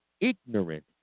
ignorant